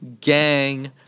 Gang